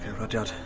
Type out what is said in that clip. rudyard,